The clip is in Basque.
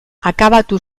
akabatu